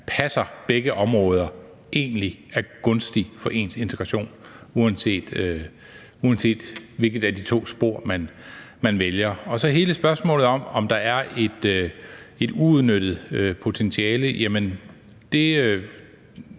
passer begge områder, egentlig er gunstigt for ens integration, uanset hvilket af de to spor man vælger. Så er der hele spørgsmålet om, om der er et uudnyttet potentiale. Det